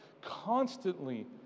constantly